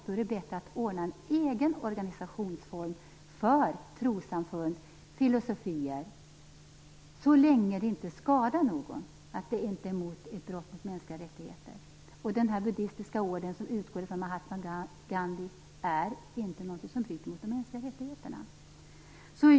Då är det bättre att ordna en egen organisationsform för trossamfund och filosofier, så länge det inte skadar någon eller är ett brott mot mänskliga rättigheter. Den här buddistiska orden, som utgår från mahatma Gandhi, är inte något som bryter mot de mänskliga rättigheterna.